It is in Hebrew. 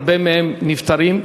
הרבה מהם נפטרים,